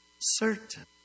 certain